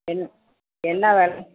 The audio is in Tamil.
என்ன என்ன வெலை